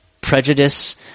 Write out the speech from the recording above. prejudice